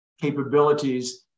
capabilities